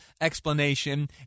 explanation